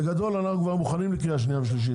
בגדול אנחנו כבר מוכנים לקריאה שנייה ושלישית,